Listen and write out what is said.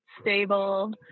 stable